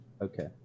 Okay